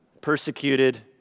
persecuted